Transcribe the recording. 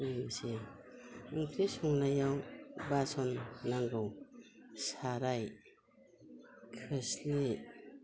लोगोसे ओंख्रि संनायाव बासन नांगौ साराइ खोस्लि